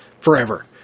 forever